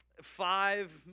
five